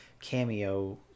cameo